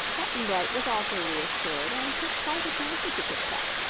button-bright was also reassured, and took quite a fancy to tik-tok.